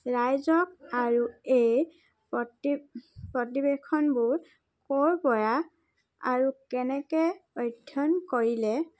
ৰাইজক আৰু এই প্ৰতি প্ৰতিবেশনবোৰ ক'ৰ পৰা আৰু কেনেকৈ অধ্যয়ন কৰিলে